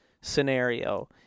scenario